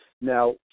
Now